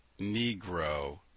Negro